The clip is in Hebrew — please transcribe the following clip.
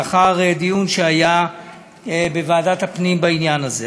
לאחר דיון שהיה בוועדת הפנים בעניין הזה.